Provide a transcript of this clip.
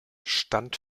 stand